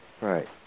Right